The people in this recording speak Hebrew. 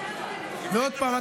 עוד פעם,